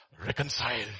reconcile